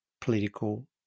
political